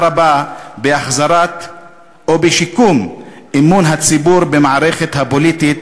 רבה להחזרת או לשיקום אמון הציבור במערכת הפוליטית